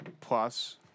Plus